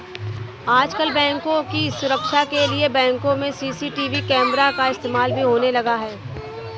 आजकल बैंकों की सुरक्षा के लिए बैंकों में सी.सी.टी.वी कैमरा का इस्तेमाल भी होने लगा है